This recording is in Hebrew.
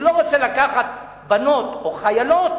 הוא לא רוצה לקחת בנות או חיילות